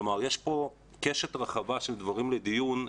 כלומר יש פה קשת רחבה של דברים לדיון,